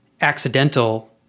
accidental